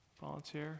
Volunteer